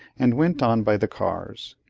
and went on by the cars.